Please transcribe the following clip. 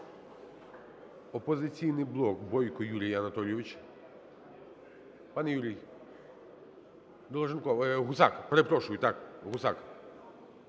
"Опозиційний блок", Бойко Юрій Анатолійович. Пане Юрій. Долженков. Гусак, перепрошую, так, Гусак.